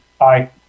aye